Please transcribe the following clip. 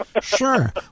Sure